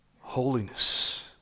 Holiness